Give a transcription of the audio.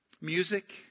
Music